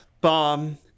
bomb